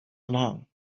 along